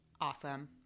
awesome